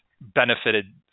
benefited